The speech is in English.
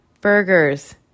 burgers